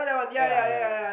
ya ya ya